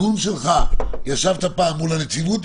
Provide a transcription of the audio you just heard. ישבת פעם מול הנציבות?